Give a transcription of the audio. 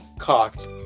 cocked